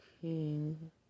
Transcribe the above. King